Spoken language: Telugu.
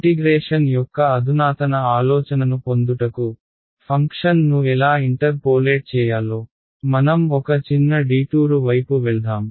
ఇంటిగ్రేషన్ యొక్క అధునాతన ఆలోచనను పొందుటకు ఫంక్షన్ను ఎలా ఇంటర్పోలేట్ చేయాలో మనం ఒక చిన్న డీటూరు వైపు వెళ్ధాం